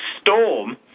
storm